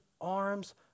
arms